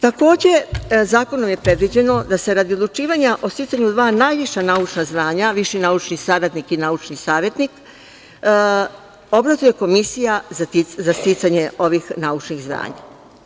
Takođe, zakonom je predviđeno da se radi odlučivanja o sticanju dva najviše naučna zvanja, viši naučni saradnik i naučni savetnik, obrazuje komisija za sticanje ovih naučnih zvanja.